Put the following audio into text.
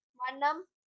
manam